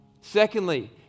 Secondly